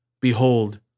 Behold